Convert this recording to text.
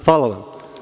Hvala vam.